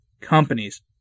companies